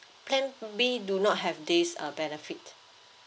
plan B do not have this uh benefit